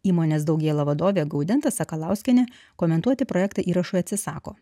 įmonės daugėla vadovė gaudenta sakalauskienė komentuoti projektą įrašui atsisako